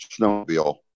snowmobile